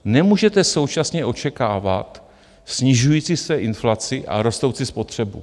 Nemůžete současně očekávat snižující se inflaci a rostoucí spotřebu.